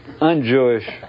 un-Jewish